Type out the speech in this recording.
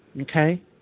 Okay